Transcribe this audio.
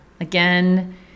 Again